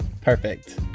perfect